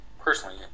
personally